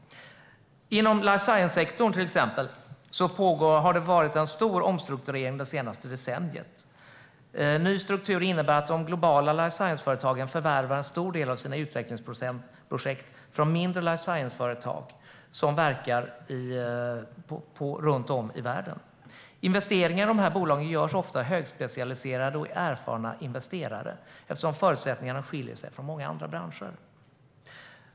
Inom life science-sektorn har det skett en stor omstrukturering under det senaste decenniet. Ny struktur innebär att de globala life science-företagen förvärvar en stor del av sina utvecklingsprojekt från mindre life science-företag som verkar runt om i världen. Investeringar i dessa bolag görs ofta av högspecialiserade investerare eftersom förutsättningarna skiljer sig från många andra branscher.